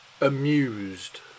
amused